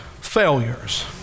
failures